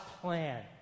plan